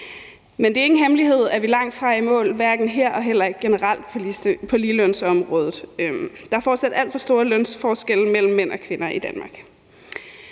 Men det er ikke nogen hemmelighed, at vi langtfra er i mål, hverken her og heller ikke generelt på ligelønsområdet. Der er fortsat alt for store lønforskelle mellem mænd og kvinder i Danmark.